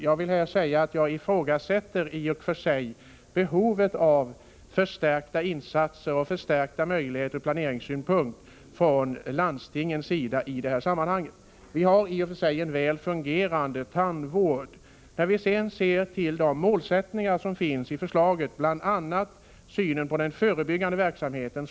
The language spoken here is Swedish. Jag vill säga att jag ifrågasätter i och för sig behovet av förstärkta insatser och förstärkta planeringsmöjligheter från landstingens sida i det här sammanhanget. Vi har en väl fungerande tandvård. I förslaget redovisas bl.a. regeringens syn på den förebyggande verksamheten.